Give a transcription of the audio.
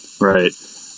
right